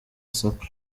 sako